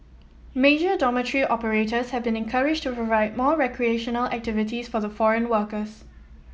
major dormitory operators have been encouraged to provide more recreational activities for the foreign workers